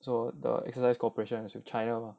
so the exercise cooperation has with china 吗